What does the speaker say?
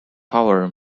power